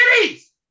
cities